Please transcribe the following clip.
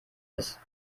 ist